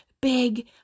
big